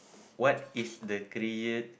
what is the cra~